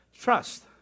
Trust